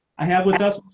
i have with us.